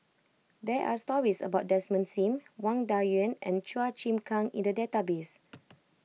there are stories about Desmond Sim Wang Dayuan and Chua Chim Kang in the database